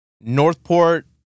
Northport